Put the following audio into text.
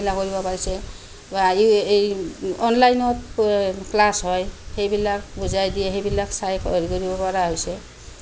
মেলা কৰিব পাৰিছে আৰু এই অনলাইনত ক্লাছ হয় সেইবিলাক বুজাই দিয়ে সেইবিলাক চাই পঢ়িব পৰা হৈছে